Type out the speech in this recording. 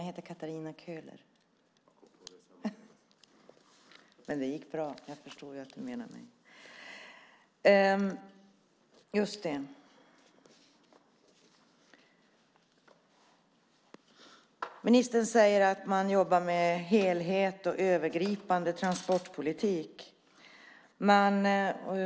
Herr talman! Ministern säger att man jobbar med helhet och övergripande transportpolitik.